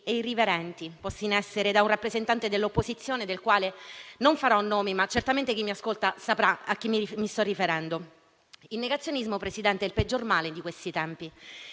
e irriverenti posti in essere da un rappresentante dell'opposizione del quale non farò il nome (ma certamente chi mi ascolta capirà a chi mi sto riferendo). Signor Presidente, il negazionismo è il peggior male di questi tempi.